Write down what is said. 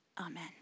Amen